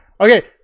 Okay